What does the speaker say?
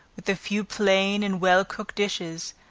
with a few plain and well cooked dishes,